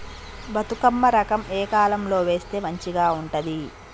బతుకమ్మ రకం ఏ కాలం లో వేస్తే మంచిగా ఉంటది?